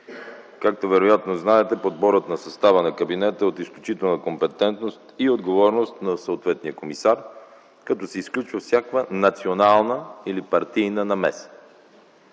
Както вероятно знаете, подборът на състава на кабинета е от изключителната компетентност и отговорност на съответния комисар, като се изключва всякаква национална или партийна намеса.